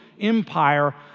Empire